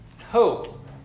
hope